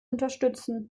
unterstützen